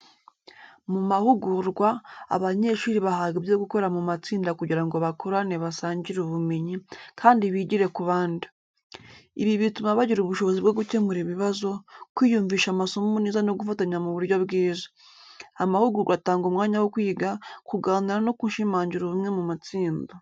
Mu mahugurwa, abanyeshuri bahabwa ibyo gukora mu matsinda kugira ngo bakorane basangire ubumenyi, kandi bigire ku bandi. Ibi bituma bagira ubushobozi bwo gukemura ibibazo, kwiyumvisha amasomo neza no gufatanya mu buryo bwiza. Amahugurwa atanga umwanya wo kwiga, kuganira no gushimangira ubumwe mu matsinda.